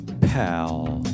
pal